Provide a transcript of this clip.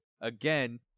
again